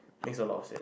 makes a lot of sense